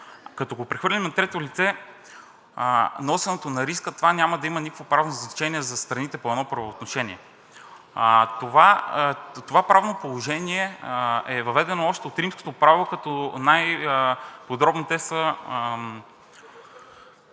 Като го прехвърлим на трето лице носенето на риска, това няма да има никакво правно значение за страните по едно правоотношение. Това правно положение е въведено още от римското право, като най-подробно те са…